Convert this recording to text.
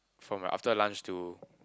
from like after lunch to